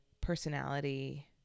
personality